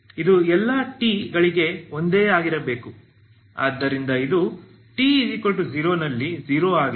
ಇದು ಎಲ್ಲಾ t ಗಳಿಗೆ ಒಂದೇ ಆಗಿರಬೇಕು ಆದ್ದರಿಂದ ಇದು t 0 ನಲ್ಲಿ 0 ಆಗಿದೆ